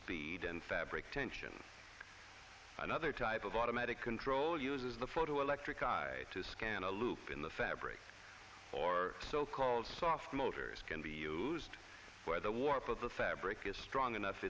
speed and fabric tension another type of automatic control uses the photoelectric eye to scan a loop in the fabric or so called soft motors can be used for the warp of the fabric is strong enough